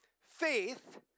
faith